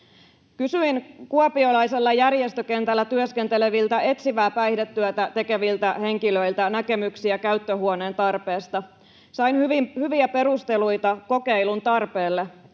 Kysyin kuopiolaisella järjestökentällä työskenteleviltä etsivää päihdetyötä tekeviltä henkilöiltä näkemyksiä käyttöhuoneen tarpeesta. Sain hyviä perusteluita kokeilun tarpeelle.